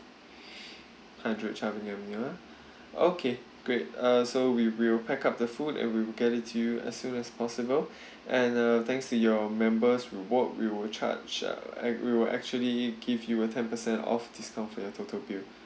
hundred charming avenue ah okay great uh so we will pack up the food and we will get it to you as soon as possible and uh thanks to your members reward we will charge uh we will actually give you a ten percent off discount for your total bill